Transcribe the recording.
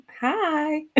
Hi